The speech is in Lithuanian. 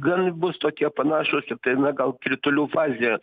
gan bus tokie panašūs ir tai na gal kritulių fazė